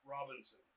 Robinson